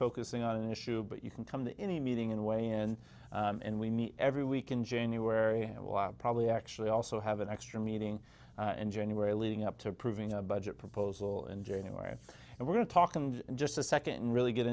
focusing on an issue but you can come to any meeting in a way and and we meet every week in january it will probably actually also have an extra meeting in january leading up to approving a budget proposal in january and we're talking just a second really get